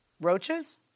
Roaches